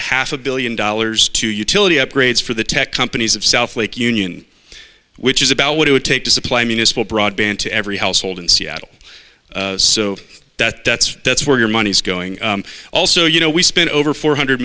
a half a billion dollars to utility upgrades for the tech companies of south lake union which is about what it would take to supply municipal broadband to every household in seattle so that's that's that's where your money's going also you know we spent over four hundred